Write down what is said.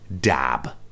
Dab